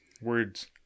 words